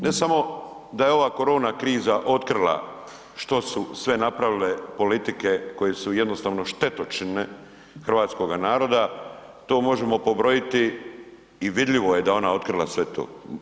Ne samo da je ova korona kriza otkrila što su sve napravile politike koje su jednostavno štetočine hrvatskoga naroda to možemo pobrojiti i vidljivo je da je ona otkrila sve to.